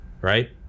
right